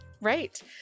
right